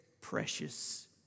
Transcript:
precious